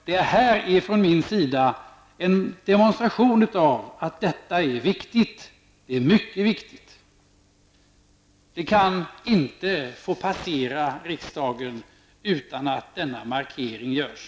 Detta är från min sida en demonstration av att frågan är mycket viktigt. Den kan inte få passera riksdagen utan att denna markering görs.